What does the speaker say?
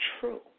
true